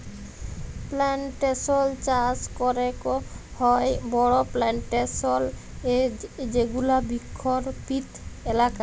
plantation চাস ক্যরেক হ্যয় বড় প্লানটেশল এ যেগুলা বৃক্ষরপিত এলাকা